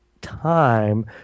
time